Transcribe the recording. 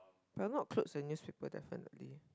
but I'm not close use people definitely